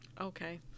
Okay